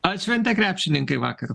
atšventė krepšininkai vakar